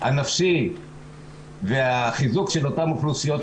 הנפשי והחיזוק לאותן אוכלוסיות,